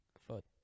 Foot